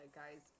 guys